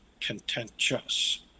contentious